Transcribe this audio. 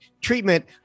treatment